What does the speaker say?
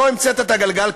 שלא המצאתי את הגלגל.